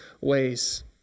ways